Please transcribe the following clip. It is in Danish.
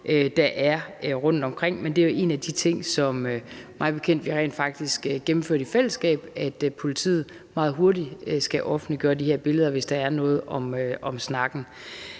der er rundtomkring. Men en af de ting, vi mig bekendt faktisk gennemførte i fællesskab, var, at politiet meget hurtigt skal offentliggøre de her billeder, hvis der er noget om snakken.